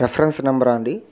reference నెంబరా అండి